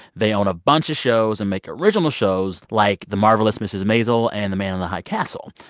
they own a bunch of shows and make original shows like the marvelous mrs. maisel and the man in the high castle.